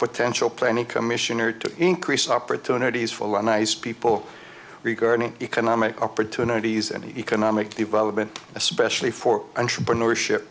potential planning commission or to increase opportunities for the nice people regarding economic opportunities and economic development especially for entrepreneurship